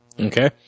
Okay